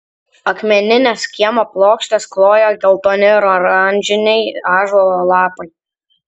akmenines kiemo plokštes klojo geltoni ir oranžiniai ąžuolo lapai